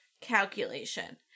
calculation